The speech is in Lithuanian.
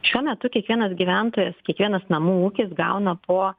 šiuo metu kiekvienas gyventojas kiekvienas namų ūkis gauna po